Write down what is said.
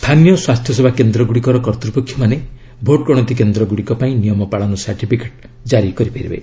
ସ୍ଥାନୀୟ ସ୍ୱାସ୍ଥ୍ୟ ସେବା କେନ୍ଦ୍ର ଗୁଡ଼ିକର କର୍ତ୍ତ୍ୱପକ୍ଷ ମାନେ ଭୋଟ ଗଣତି କେନ୍ଦ୍ର ଗୁଡ଼ିକ ପାଇଁ ନିୟମ ପାଳନ ସାର୍ଟିଫିକେଟ୍ ଜାରି କରିପାରିବେ